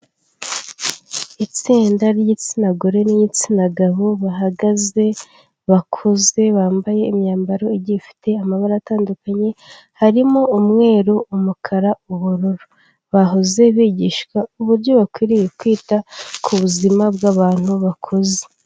Itsinda ry'igitsina gore n'igitsina gabo bahagaze bakuze bambaye imyambaro igiye ifite amabara atandukanye harimo umweru, umukara, ubururu, bahoze bigishwa uburyo bakwiriye kwita ku buzima bw'abantu bakuze.